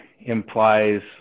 implies